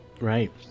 Right